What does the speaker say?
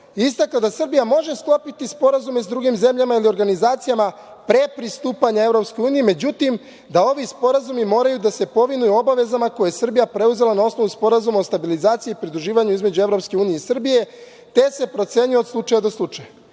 istakla da Srbija može sklopiti sporazume sa drugim zemljama i organizacijama pre pristupanja EU, međutim, da ovi sporazumi morajau da se povinuju obavezama koje je Srbija preuzela na osnovu Sporazuma o stabilizaciji, pridruživanju između EU i Srbije, te se procenjuje od slučaja do slučaja.U